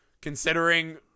considering